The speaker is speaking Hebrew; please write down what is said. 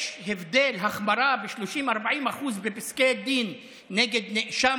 יש החמרה של 30% 40% בפסקי דין נגד נאשם